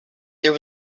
there